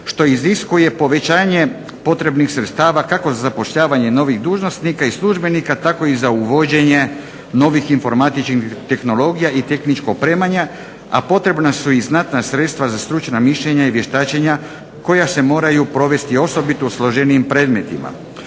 što iziskuje povećanje potrebnih sredstava kako za zapošljavanje novih dužnosnika i službenika tako i za uvođenje novih informatičkih tehnologija i tehničkog opremanja, a potrebna su i znatna sredstva za stručna mišljenja i vještačenja koja se moraju provesti osobito u složenijim predmetima.